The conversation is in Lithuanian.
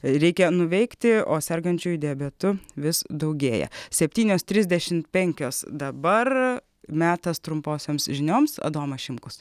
reikia nuveikti o sergančiųjų diabetu vis daugėja septynios trisdešint penkios dabar metas trumposioms žinioms adomas šimkus